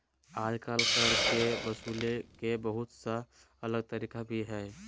आजकल कर के वसूले के बहुत सा अलग तरीका भी हइ